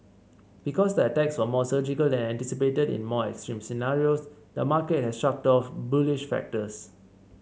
because the attacks were more surgical than anticipated in more extreme scenarios the market has shrugged off bullish factors